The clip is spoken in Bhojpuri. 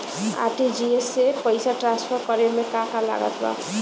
आर.टी.जी.एस से पईसा तराँसफर करे मे का का लागत बा?